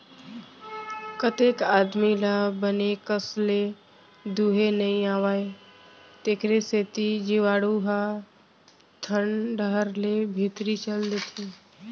कतेक आदमी ल बने कस ले दुहे नइ आवय तेकरे सेती जीवाणु ह थन डहर ले भीतरी चल देथे